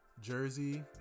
jersey